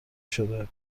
شده